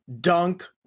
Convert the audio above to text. dunk